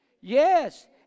Yes